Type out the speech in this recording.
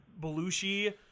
Belushi